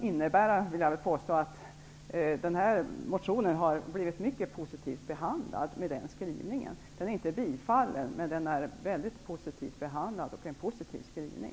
Jag vill påstå att denna motion har blivit mycket positivt behandlad med den skrivningen. Motionen är inte tillstrykt, men den har behandlats mycket positivt och givits en positiv skrivning.